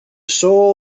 soul